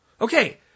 Okay